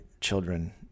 children